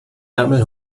ärmel